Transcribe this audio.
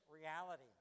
reality